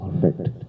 Perfect